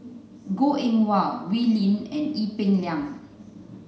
Goh Eng Wah Wee Lin and Ee Peng Liang